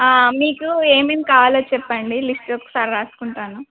మీకు ఏమేం కావలో చెప్పండి లిస్ట్ ఒకసారి రాసుకుంటాను